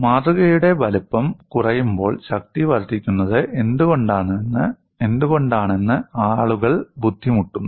മാതൃകയുടെ വലുപ്പം കുറയുമ്പോൾ ശക്തി വർദ്ധിക്കുന്നത് എന്തുകൊണ്ടാണെന്ന് ആളുകൾ ബുദ്ധിമുട്ടുന്നു